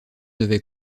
devait